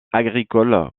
agricole